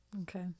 okay